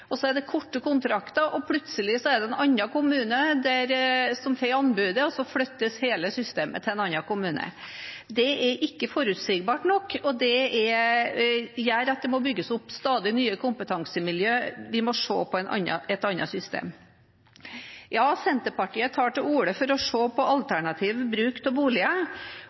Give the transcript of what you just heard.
og så er det korte kontrakter. Plutselig er det en annen kommune som får anbudet, og så flyttes hele systemet til en annen kommune. Det er ikke forutsigbart nok, og det gjør at det må bygges opp stadig nye kompetansemiljø. Vi må se på et annet system. Ja, Senterpartiet tar til orde for å se på alternativ bruk av boliger,